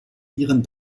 ihren